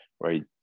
right